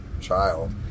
child